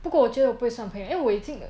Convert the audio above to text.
不过我觉得我不会算朋友因为我觉得我已经